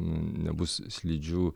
nebus slidžių